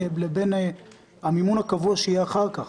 לבין המימון הקבוע שיהיה אחר כך.